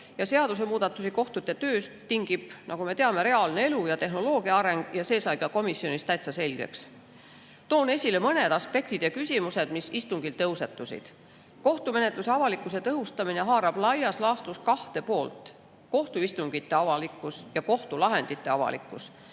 Seadusemuudatusi kohtute töös tingib, nagu me teame, reaalne elu ja tehnoloogia areng. See sai ka komisjonis täitsa selgeks. Toon esile mõned aspektid ja küsimused, mis istungil tõusetusid. Kohtumenetluse avalikkuse tõhustamine haarab laias laastus kahte poolt: kohtuistungite avalikkus ja kohtulahendite avalikkus.